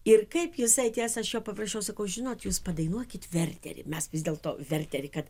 ir kaip jisai tiesa aš jo paprašiau sakau žinot jūs padainuokit verterį mes vis dėlto verterį kad